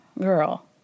girl